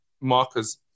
markers